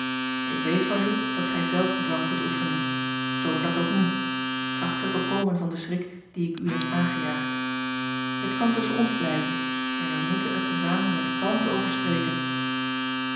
ik weet van u dat gij zelfbedwang kunt oefenen toon dat ook nu tracht te bekomen van den schrik dien ik u heb aangejaagd het kan tusschen ons blijven maar wij moeten er te zamen met kalmte over spreken